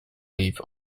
leave